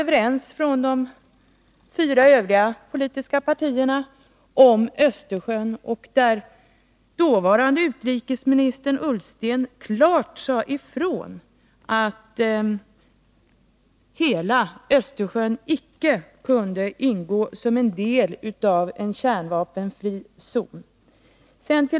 Där var de fyra övriga politiska partierna överens om Östersjön. Dåvarande utrikesministern Ullsten sade då klart ifrån att hela Östersjön icke kunde vara en del av en kärnvapenfri zon.